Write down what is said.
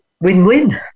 win-win